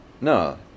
No